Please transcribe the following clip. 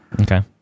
Okay